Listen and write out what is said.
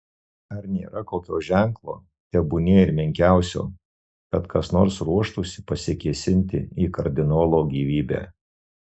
ar nėra kokio ženklo tebūnie ir menkiausio kad kas nors ruoštųsi pasikėsinti į kardinolo gyvybę